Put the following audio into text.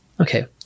Okay